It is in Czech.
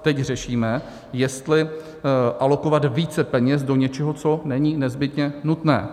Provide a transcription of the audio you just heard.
Teď řešíme, jestli alokovat více peněz do něčeho, co není nezbytně nutné.